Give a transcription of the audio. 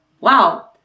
wow